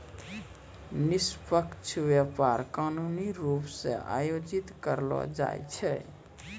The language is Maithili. निष्पक्ष व्यापार कानूनी रूप से आयोजित करलो जाय छै